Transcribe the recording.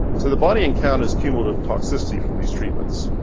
so the body encounters cumulative toxicity from these treatments,